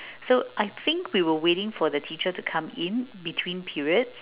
so I think we were waiting for the teacher to come in between periods